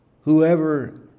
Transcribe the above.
Whoever